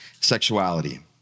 Sexuality